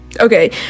Okay